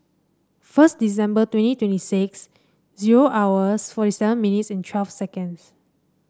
first December twenty twenty six zero hours forty seven minutes and twelve seconds